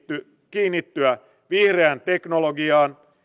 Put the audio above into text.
kiinnittyä vihreään teknologiaan